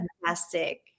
fantastic